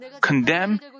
condemn